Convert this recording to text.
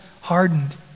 hardened